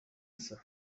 chcę